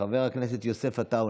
חבר הכנסת יוסף עטאונה,